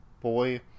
Boy